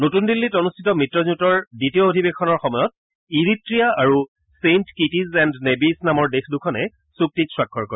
নতুন দিল্লীত অনুষ্ঠিত মিত্ৰজোঁটৰ দ্বিতীয় অধিৱেশনৰ সময়ত ইৰিট্টিয়া আৰু ছেণ্ট কিটিজ এণ্ড নেবিছ নামৰ দেশ দুখনে চুক্তিত স্বাক্ষৰ কৰে